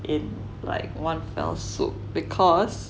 in like one fell swoop because